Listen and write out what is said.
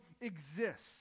exists